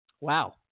Wow